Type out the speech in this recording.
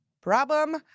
Problem